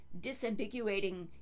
disambiguating